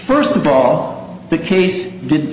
first of all the case did